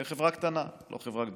חברה קטנה, לא חברה גדולה,